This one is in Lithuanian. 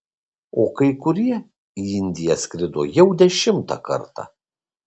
o kai kurie į indiją skrido jau dešimtą kartą